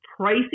pricey